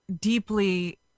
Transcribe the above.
deeply